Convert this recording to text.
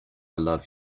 love